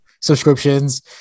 subscriptions